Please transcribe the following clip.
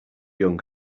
young